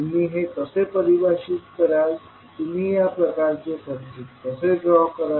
तुम्ही हे कसे परिभाषित कराल तुम्ही या प्रकारचे सर्किट कसे ड्रॉ कराल